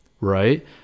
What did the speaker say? right